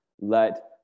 let